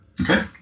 Okay